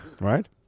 Right